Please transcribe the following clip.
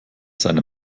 seine